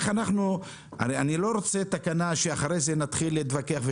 אני לא רוצה תקנה שאחר כך להתווכח.